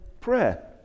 prayer